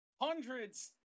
hundreds